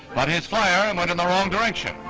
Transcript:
but his flyer and went in the wrong direction.